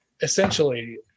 essentially